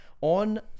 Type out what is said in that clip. on